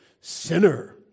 sinner